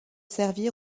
servir